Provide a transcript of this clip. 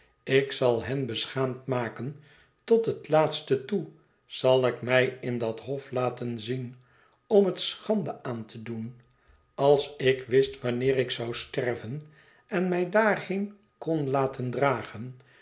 ik zal hen beschaamd maken tot het laatste toe zal ik mij in dat hof laten zien om het schande aan te doen als ik wist wanneer ik zou sterven en mij daarheen kon laten dragen